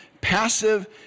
passive